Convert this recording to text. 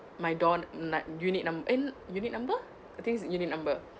my door like unit num~ eh unit number I think is unit number